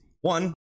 One